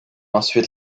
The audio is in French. ensuite